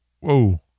Whoa